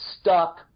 stuck